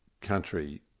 country